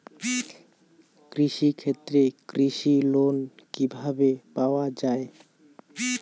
কৃষি ক্ষেত্রে কৃষি লোন কিভাবে পাওয়া য়ায়?